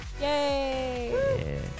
Yay